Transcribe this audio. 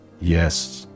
Yes